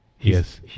yes